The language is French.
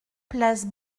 place